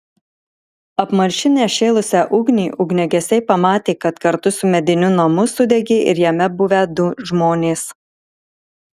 apmalšinę šėlusią ugnį ugniagesiai pamatė kad kartu su mediniu namu sudegė ir jame buvę du žmonės